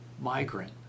migrant